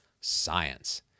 science